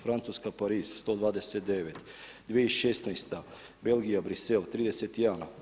Francuska, Pariz – 129. 2016. - Belgija, Brisel – 31.